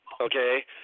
Okay